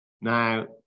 Now